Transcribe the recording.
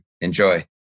Enjoy